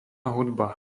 hudba